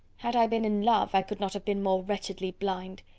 had i been in love, i could not have been more wretchedly blind!